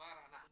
כבר אנחנו